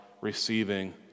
receiving